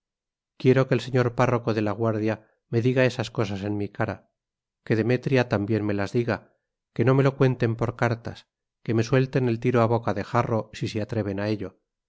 quiero que el señor párroco de la guardia me diga esas cosas en mi cara que demetria también me las diga que no me lo cuenten por cartas que me suelten el tiro a boca de jarro si se atreven a ello